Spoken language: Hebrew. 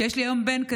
שיש לי היום בן,